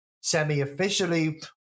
semi-officially